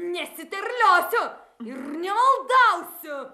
nesiterliosiu ir nemaldausiu